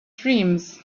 dreams